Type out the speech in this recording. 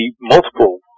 multiple